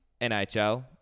NHL